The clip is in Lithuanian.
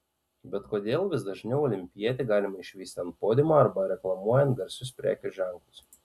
bet kodėl vis dažniau olimpietį galima išvysti ant podiumo arba reklamuojant garsius prekių ženklus